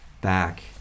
back